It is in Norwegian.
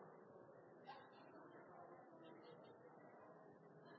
ja